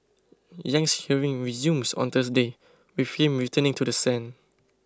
Yang's hearing resumes on Thursday with him returning to the stand